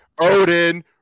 Odin